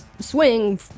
swing